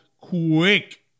quick